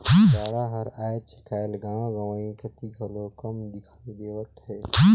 गाड़ा हर आएज काएल गाँव गंवई कती घलो कम दिखई देवत हे